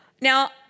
Now